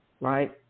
right